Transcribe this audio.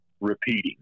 repeating